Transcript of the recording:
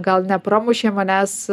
gal nepramušė manęs